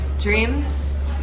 Dreams